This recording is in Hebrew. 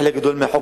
חלק גדול מהחוק,